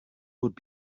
would